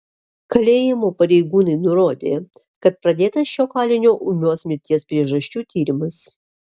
kalėjimo pareigūnai nurodė kad pradėtas šio kalinio ūmios mirties priežasčių tyrimas